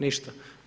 Ništa.